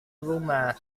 rumah